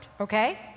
okay